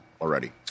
already